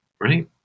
right